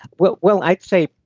well well i'd say.